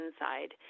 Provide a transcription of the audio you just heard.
inside